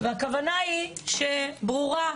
והכוונה היא ברורה,